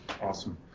awesome